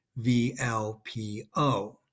VLPO